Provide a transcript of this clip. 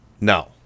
no